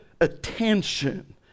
attention